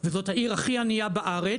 וזאת העיר הכי ענייה בארץ,